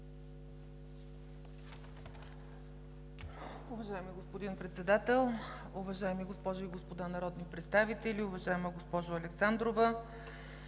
Уважаеми господин Председател, уважаеми госпожи и господа народни представители! Уважаема госпожо Илиева,